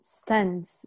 stands